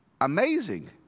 amazing